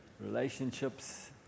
relationships